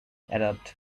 adapt